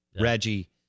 reggie